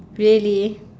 really